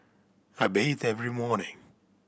I bathe every morning